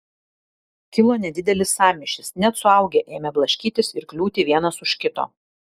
kilo nedidelis sąmyšis net suaugę ėmė blaškytis ir kliūti vienas už kito